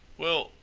well,